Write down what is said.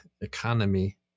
economy